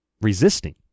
resisting